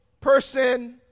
person